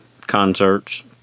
concerts